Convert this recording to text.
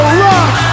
rock